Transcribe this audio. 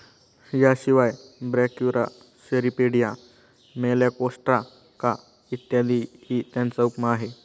याशिवाय Brachyura, Cirripedia, Malacostraca इत्यादीही त्याच्या उपमा आहेत